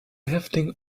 häftling